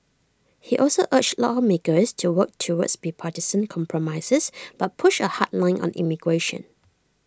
he also urged lawmakers to work toward bipartisan compromises but pushed A hard line on immigration